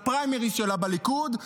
לפריימריז שלה בליכוד,